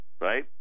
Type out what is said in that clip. right